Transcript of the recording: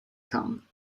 come